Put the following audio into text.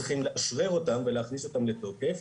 צריכים לאשרר אותם ולהכניס אותם לתוקף.